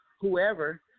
whoever